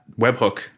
webhook